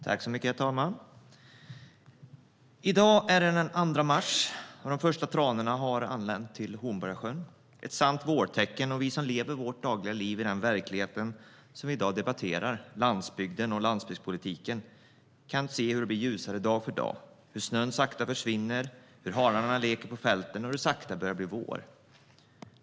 Herr talman! I dag är det den 2 mars, och de första tranorna har anlänt till Hornborgasjön. Det är ett sant vårtecken. Vi som lever vårt dagliga liv i den verklighet som vi i dag debatterar - landsbygden och landsbygdspolitiken - kan se hur det blir ljusare dag för dag, hur snön sakta försvinner, hur hararna leker på fälten och det sakta börjar bli vår.